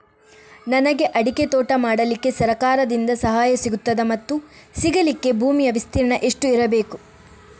ನನಗೆ ಅಡಿಕೆ ತೋಟ ಮಾಡಲಿಕ್ಕೆ ಸರಕಾರದಿಂದ ಸಹಾಯ ಸಿಗುತ್ತದಾ ಮತ್ತು ಸಿಗಲಿಕ್ಕೆ ಭೂಮಿಯ ವಿಸ್ತೀರ್ಣ ಎಷ್ಟು ಇರಬೇಕು?